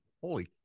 Holy